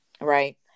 right